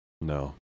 No